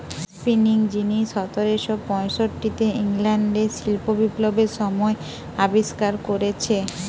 spinning যিনি সতেরশ পয়ষট্টিতে ইংল্যান্ডে শিল্প বিপ্লবের সময় আবিষ্কার কোরেছে